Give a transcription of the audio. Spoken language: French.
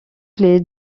clé